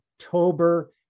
October